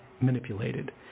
manipulated